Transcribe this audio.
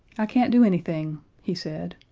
i can't do anything, he said.